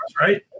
right